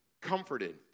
comforted